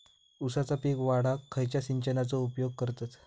ऊसाचा पीक वाढाक खयच्या सिंचनाचो उपयोग करतत?